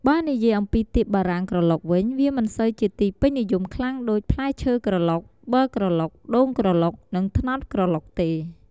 បើនិយាយអំពីទៀបបារាំងក្រឡុកវិញ វាមិនសូវជាទីពេញនិយមខ្លាំងដូច ផ្លែឈើក្រឡុក ប័រក្រឡុក ដូងក្រឡុក និងត្នោតក្រឡុកទេ។